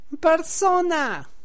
Persona